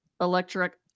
electric